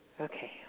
okay